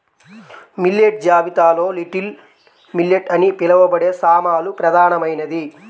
millet జాబితాలో little millet అని పిలవబడే సామలు ప్రధానమైనది